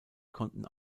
konnten